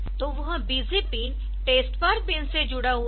तो वह बिजी पिन टेस्ट बार पिन से जुड़ा हुआ है